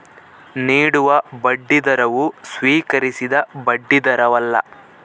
ನೀಡುವ ಬಡ್ಡಿದರವು ಸ್ವೀಕರಿಸಿದ ಬಡ್ಡಿದರವಲ್ಲ